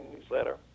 newsletter